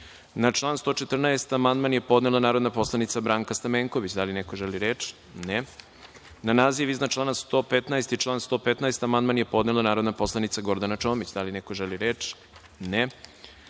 član 114. amandman je podnela narodna poslanica Branka Stamenković. Da li neko želi reč? (Ne)Na naziv iznad člana 115. i član 115. amandman je podnela narodna poslanica Gordana Čomić. Da li neko želi reč?